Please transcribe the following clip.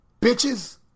Bitches